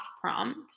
prompt